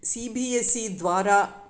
सिबिएस्सिद्वारा